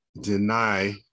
deny